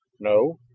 no.